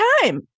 time